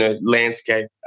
landscape